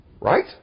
Right